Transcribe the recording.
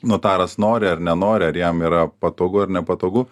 notaras nori ar nenori ar jam yra patogu ar nepatogu